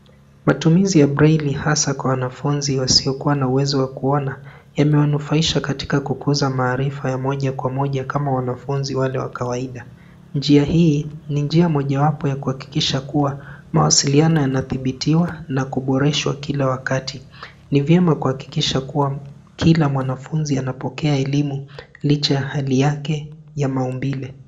Matumizi ya braili hasa kwa wanafunzi wasiokuwa na uwezo wa kuona imewanufaisha katika kukuza maarifa ya moja kwa moja kama wanafunzi wale wa kawaida. Njia hii ni njia mojawapo ya kuhakikisha ya kuwa mawasiliano yanadhibitiwa na kuboreshwa Kila wakati. Ni vyema kuhakikisha kuwa kila mwanafunzi anapokea elimu licha ya hali yake ya maumbile.